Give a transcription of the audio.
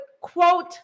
quote